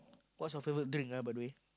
what's your favourite drink ah by the way